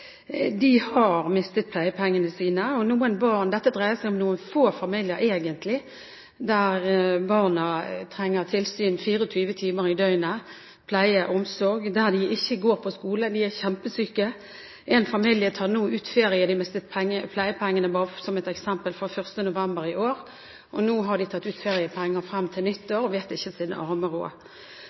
De har mistet pleiepengene sine. Dette dreier seg egentlig om noen få familier, der barna trenger tilsyn 24 timer i døgnet – pleie og omsorg. De går ikke på skole, de er kjempesyke. Bare som et eksempel: En familie tar nå ut ferie, de mistet pleiepengene fra 1. november i år, og nå har de tatt ut feriepenger frem til nyttår og vet ikke sin arme råd.